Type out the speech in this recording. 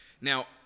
Now